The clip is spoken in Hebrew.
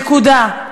נקודה,